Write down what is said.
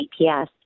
GPS